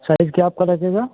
size क्या आपका लगेगा